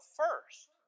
first